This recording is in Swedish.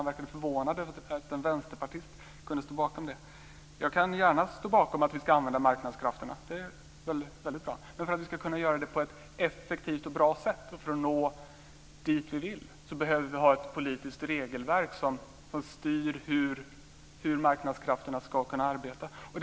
Han verkade förvånad över att en vänsterpartist kunde stå bakom det. Jag står gärna bakom att vi ska använda marknadskrafterna - det är väl väldigt bra. Men för att vi ska kunna göra det på ett effektivt och bra sätt och för att nå dit vi vill så behöver vi ha ett politiskt regelverk som styr hur marknadskrafterna ska kunna arbeta.